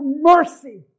mercy